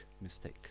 mistake